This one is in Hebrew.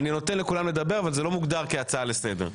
אני נותן לכולם לדבר אבל זה לא נקרא כהצעה לסדר.